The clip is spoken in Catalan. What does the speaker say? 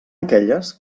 aquelles